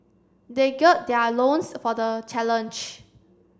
they gird their loins for the challenge